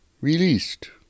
released